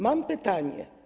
Mam pytanie.